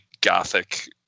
gothic